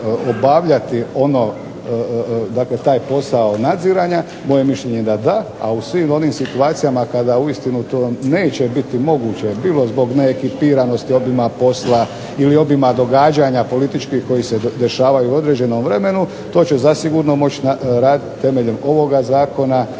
obavljati dakle taj posao nadziranja, moje mišljenje je da da. A u svim onim situacijama kada uistinu to neće biti moguće, bilo zbog neekipiranosti, obima posla ili obima događanja političkih koji se dešavaju u određenom vremenu to će zasigurno moći raditi temeljem ovoga zakona,